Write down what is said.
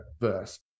verse